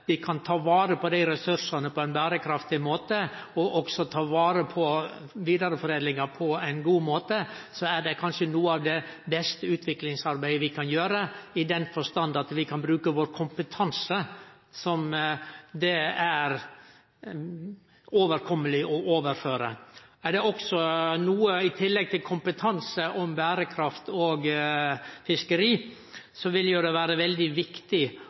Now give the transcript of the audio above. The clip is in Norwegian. vi kan bidra med vår kompetanse, sånn at ein kan ta vare på desse ressursane på ein berekraftig måte, og ta vare på vidareforedlinga på ein god måte, er det kanskje noko av det beste utviklingsarbeidet vi kan gjere, i den forstand at vi kan overføre den kompetansen som det er overkommeleg å kunne bruke. I tillegg til kompetanse om berekraft og fiskeri vil det vere veldig viktig